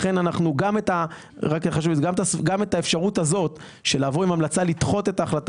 לכן גם את האפשרות הזאת לבוא עם המלצה לדחות את ההחלטה,